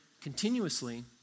continuously